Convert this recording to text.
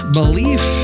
belief